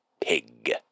Pig